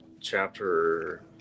chapter